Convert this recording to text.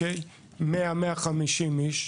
150-100 איש.